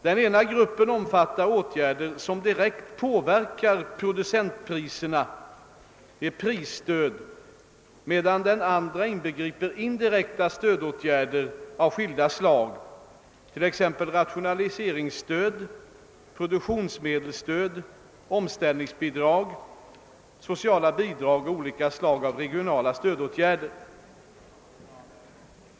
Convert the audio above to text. Den ena gruppen omfattar åtgärder som direkt påverkar producentpriserna , medan den andra inbegriper indirekta stödåtgärder av skilda slag, t.ex. rationaliseringsstöd, produktionsmedelsstöd, omställningsbidrag, sociala bidrag och olika slag av regionala stödåtgärder.